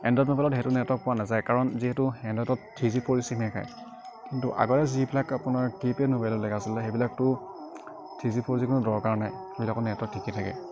Android মোবাইলত সেইটো network পোৱা নাযায় কাৰণ যিহেতু এনড্ৰইডত থ্ৰী জি ফ'ৰ জি চিমহে খায় কিন্তু আগতে যিবিলাক আপোনাৰ কীপেড মোবাইলবিলাক আছিলে সেইবিলাকটো থ্ৰী জি ফৰ জিৰ কোনো দৰকাৰ নাই সেইবিলাকত নেটৰ্ৱক ঠিকে থাকে